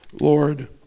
Lord